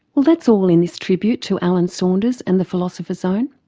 well that's all in this tribute to alan saunders and the philosopher's zone.